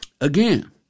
again